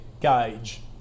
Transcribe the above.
gauge